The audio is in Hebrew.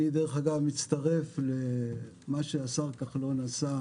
אני דרך אגב מצטרף למה שהשר כחלון עשה